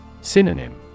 Synonym